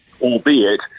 Albeit